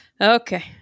okay